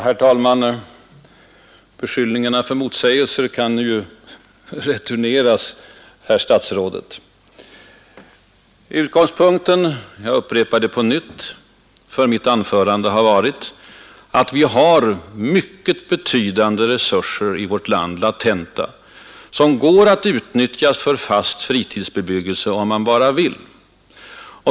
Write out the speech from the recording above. Herr talman! Beskyllningarna för motsägelser kan ju returneras, herr statsråd! Utgångspunkten för mitt anförande — jag upprepar det på nytt — är att vi i vårt land har mycket betydande latenta resurser, som går att utnyttja för fast fritidsbebyggelse, om man bara vill.